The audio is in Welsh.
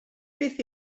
beth